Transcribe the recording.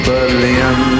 Berlin